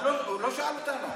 הוא לא שאל אותנו.